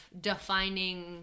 defining